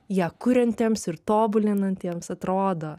ją kuriantiems ir tobulinantiems atrodo